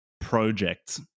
projects